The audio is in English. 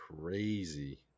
crazy